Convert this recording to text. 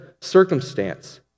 circumstance